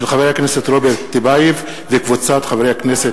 מאת חבר הכנסת רוברט טיבייב וקבוצת חברי הכנסת.